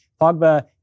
Pogba